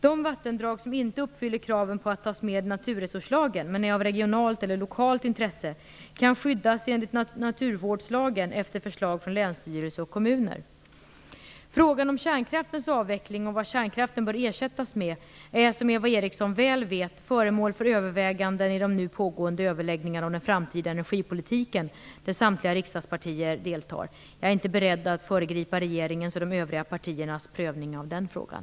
De vattendrag som inte uppfyller kraven på att tas med i naturresurslagen men är av regionalt eller lokalt intresse kan skyddas enligt naturvårdslagen efter förslag från länsstyrelse och kommuner. Frågan om kärnkraftens avveckling och vad kärnkraften bör ersättas med är som Eva Eriksson väl vet föremål för överväganden i de nu pågående överläggningarna om den framtida energipolitiken, där samtliga riksdagspartier deltar. Jag är inte beredd att föregripa regeringens och de övriga partiernas prövning av den frågan.